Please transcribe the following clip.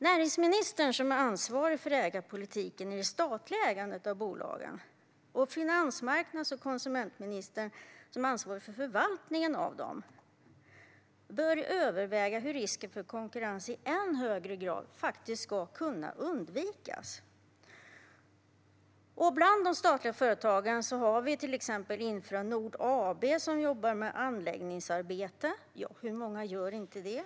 Näringsministern, som är ansvarig för ägarpolitiken i det statliga ägandet av bolagen, och finansmarknads och konsumentministern, som har ansvaret för förvaltningen av dem, bör överväga hur risken för konkurrens i högre grad ska kunna undvikas. Bland de statliga företagen har vi till exempel Infranord AB, som jobbar med anläggningsarbete, och hur många gör inte det?